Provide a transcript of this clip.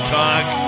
talk